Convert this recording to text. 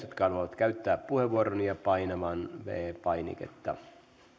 jotka haluavat käyttää puheenvuoron nousemaan ylös ja painamaan viides painiketta